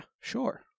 sure